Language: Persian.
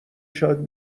شاید